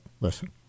Listen